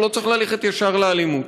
הוא לא צריך ללכת ישר לאלימות,